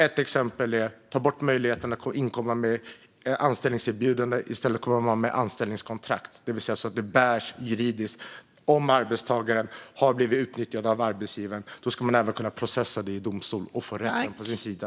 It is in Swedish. Ett förslag till lösning är att ta bort möjligheten att inkomma med anställningserbjudande. I stället ska det vara anställningskontrakt, så att det håller juridiskt. Om arbetstagaren har blivit utnyttjad av arbetsgivaren ska man även kunna processa om det i en domstol och få rätten på sin sida.